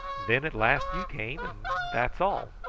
then at last you came, and that's all